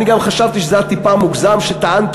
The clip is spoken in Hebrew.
אני גם חשבתי שזה היה טיפה מוגזם שטענת